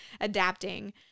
adapting